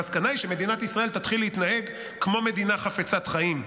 המסקנה היא שמדינת ישראל תתחיל להתנהג כמו מדינה חפצת חיים.